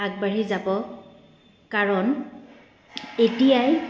আগবাঢ়ি যাব কাৰণ